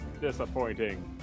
Disappointing